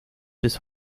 bis